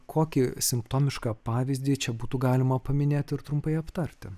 kokį simptomišką pavyzdį čia būtų galima paminėt ir trumpai aptarti